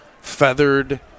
feathered